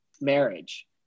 marriage